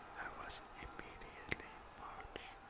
was immediately marched